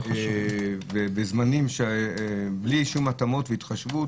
בזמנים בלי שום התאמות והתחשבות,